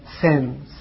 sins